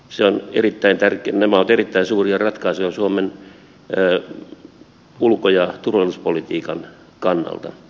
nämä ovat erittäin suuria ratkaisuja suomen ulko ja turvallisuuspolitiikan kannalta